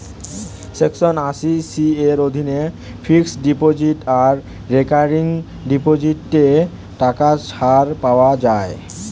section আশি C এর অধীনে ফিক্সড ডিপোজিট আর রেকারিং ডিপোজিটে টাকা ছাড় পাওয়া যায়